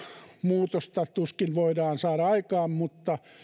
muutosta tuskin voidaan saada aikaan mutta